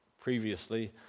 previously